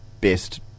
best